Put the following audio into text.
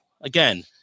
again